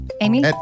Amy